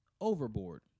Overboard